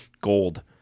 Gold